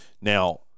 Now